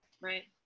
right